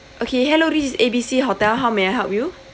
okay hello this is A B C hotel how may I help you